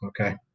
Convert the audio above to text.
Okay